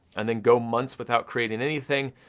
and then go months without creating anything,